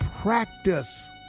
practice